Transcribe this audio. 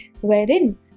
wherein